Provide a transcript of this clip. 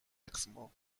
excmo